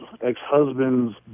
ex-husband's